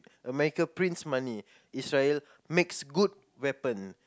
America prints money Israel makes good weapon